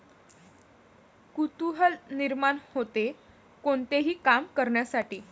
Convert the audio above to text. कुतूहल निर्माण होते, कोणतेही काम करण्यासाठी